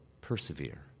persevere